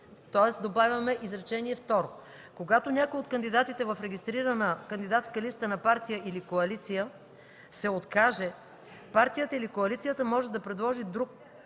тоест добавяме изречение второ: „Когато някой от кандидатите в регистрирана кандидатска листа на партия или коалиция се откаже, партията или коалицията може да предложи друг